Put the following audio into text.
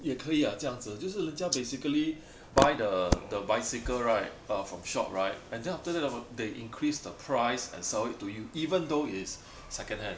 也可以 ah 这样子就是人家 basically buy the the bicycle right from shop right and then after that they increase the price and sell it to you even though it's second hand